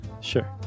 Sure